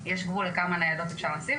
יש גבול לכמה ניידות אפשר לשים,